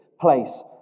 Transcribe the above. place